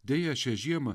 deja šią žiemą